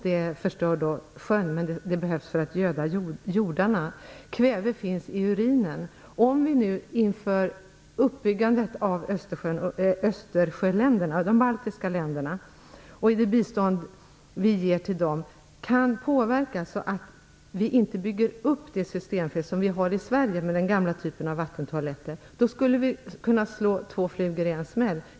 Det förstör sjön, men det behövs för att göda jordarna. Kväve finns i urinen. Om vi nu inför uppbyggandet av Östersjöländerna - de baltiska länderna - och i det bistånd vi ger till dem kan påverka så att man inte bygger in det systemfel som vi har i Sverige med den gamla typen av vattentoaletter skulle vi kunna slå två flugor i en smäll.